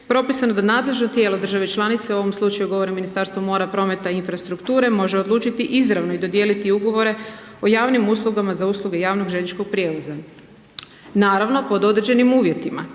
propisano da nadležno tijelo države članice u ovom slučaju govorim o Ministarstvu mora, prometa i infrastrukture može odlučiti izravno i dodijeliti ugovore o javnim uslugama za usluge javnog željezničkog prijevoza. Naravno, pod određenim uvjetima